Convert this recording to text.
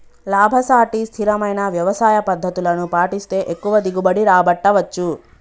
లాభసాటి స్థిరమైన వ్యవసాయ పద్దతులను పాటిస్తే ఎక్కువ దిగుబడి రాబట్టవచ్చు